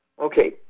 Okay